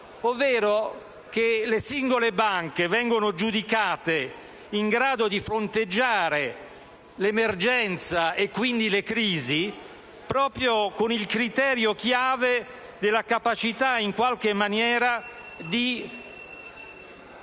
ovvero che le singole banche vengono giudicate in grado di fronteggiare l'emergenza, e quindi le crisi, con il criterio chiave della capacità, in qualche maniera, di